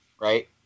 right